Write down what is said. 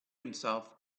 himself